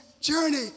journey